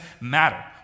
matter